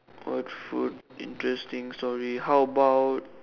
what food interesting story how about